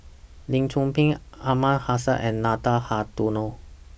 Lim Chor Pee Aliman Hassan and Nathan Hartono